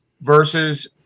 versus